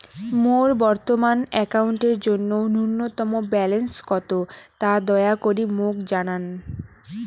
মোর বর্তমান অ্যাকাউন্টের জন্য ন্যূনতম ব্যালেন্স কত তা দয়া করি মোক জানান